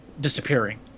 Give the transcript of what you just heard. disappearing